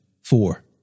four